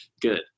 good